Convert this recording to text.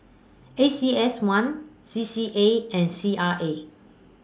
A C S one C C A and C R A